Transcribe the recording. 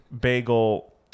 bagel